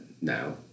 now